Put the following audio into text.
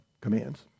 commands